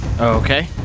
Okay